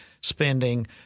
spending